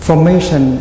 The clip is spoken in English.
Formation